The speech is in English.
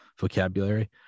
vocabulary